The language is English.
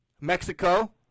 Mexico